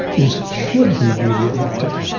is should he be re-elected?